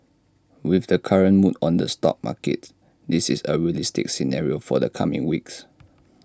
with the current mood on the stock markets this is A realistic scenario for the coming weeks